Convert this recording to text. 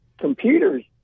computers